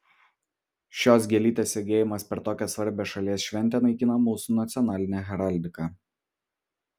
šios gėlytės segėjimas per tokią svarbią šalies šventę naikina mūsų nacionalinę heraldiką